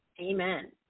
Amen